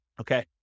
Okay